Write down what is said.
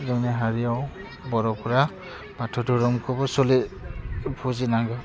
जोंनि हारियाव बर'फोरा बाथौ धोरोमखौबो सलि फुजिनांगौ